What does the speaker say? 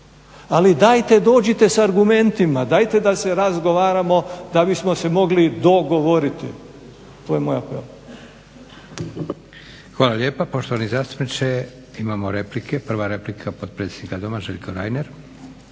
Ali dajete dođite sa argumentima, dajte da se razgovaramo da bismo se mogli dogovoriti. To je moj apel.